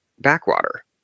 Backwater